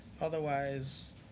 Otherwise